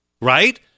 right